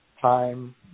time